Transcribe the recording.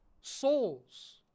souls